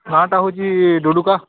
ନାଁଟା ହେଉଛି ଡ଼ୁଡ଼ୁକା